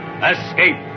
Escape